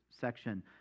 section